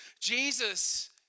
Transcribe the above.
Jesus